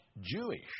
Jewish